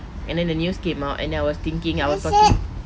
and then the news came out and then I was thinking I was talking